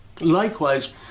Likewise